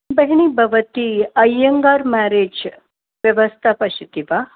भगिनी भवती अय्यङ्गार् मेरेज् व्यवस्थां पश्यति वा